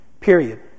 period